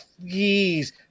please